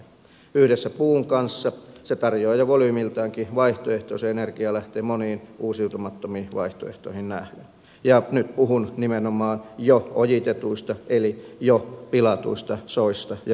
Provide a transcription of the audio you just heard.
yhdessä puun kanssa se tarjoaa jo volyymiltaankin vaihtoehtoisen energialähteen moniin uusiutumattomiin vaihtoehtoihin nähden ja nyt puhun nimenomaan jo ojitetuista eli jo pilatuista soista ja niiden käytöstä